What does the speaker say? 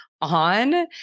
on